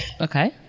okay